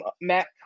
Matt